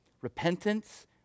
Repentance